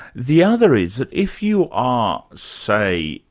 the other is that if you are, say,